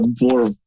more